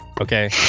Okay